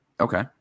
Okay